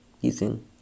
using